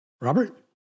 Robert